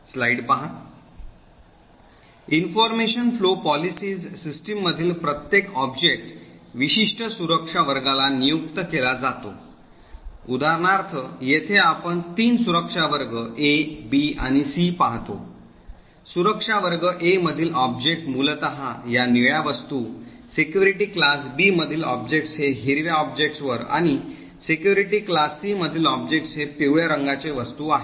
माहिती प्रवाह धोरणासह सिस्टममधील प्रत्येक ऑब्जेक्ट विशिष्ट सुरक्षा वर्गाला नियुक्त केला जातो उदाहरणार्थ येथे आपण तीन सुरक्षा वर्ग A B आणि C पाहतो सुरक्षा वर्ग A मधील ऑब्जेक्ट मूलत या निळ्या वस्तू सिक्युरिटी क्लास B मधील ऑब्जेक्टस हे हिरव्या ऑब्जेक्टस वर आणि सिक्युरिटी क्लास C मधील ऑब्जेक्टस हे पिवळ्या रंगाचे वस्तू आहे